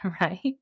right